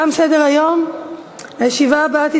27 בעד,